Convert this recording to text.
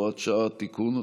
הוראת שעה) (תיקון),